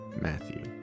Matthew